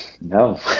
No